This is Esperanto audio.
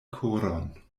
koron